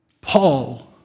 Paul